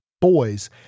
boys